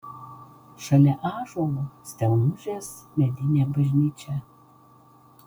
šalia ąžuolo stelmužės medinė bažnyčia